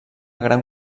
gran